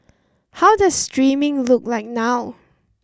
how does streaming look like now